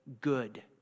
good